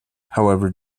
however